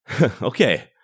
Okay